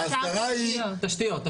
האסדרה היא --- תשתיות.